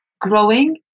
growing